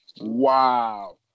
Wow